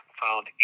found